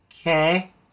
Okay